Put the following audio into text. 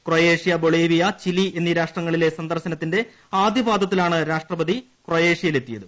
Croatia Bolivia Chile എന്നീ രാഷ്ട്രങ്ങളിലെ സന്ദർശനത്തിന്റെ ആദ്യ പാദത്തിലാണ് രാഷ്ട്രപതി ക്രൊയേഷ്യയിലെത്തിയത്